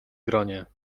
gronie